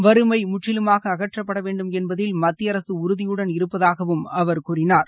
வறுமை முற்றிலுமாக அகற்றப்பட வேண்டும் என்பதில் மத்திய அரசு உறுதியுடன் இருப்பதாகவும் அவர் கூறினார்